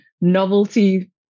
novelty